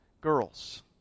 girls